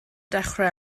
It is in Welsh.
dechrau